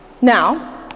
Now